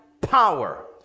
power